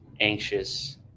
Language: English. anxious